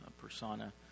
persona